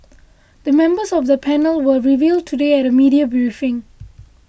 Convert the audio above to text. the members of the panel were revealed today at a media briefing